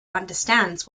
understands